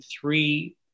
three